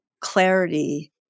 clarity